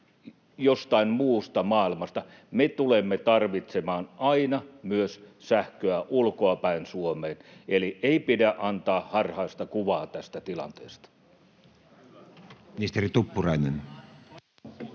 jostain muusta maailmasta. Me tulemme tarvitsemaan aina myös sähköä ulkoa päin Suomeen, eli ei pidä antaa harhaista kuvaa tästä tilanteesta. [Speech 26] Speaker: